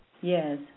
Yes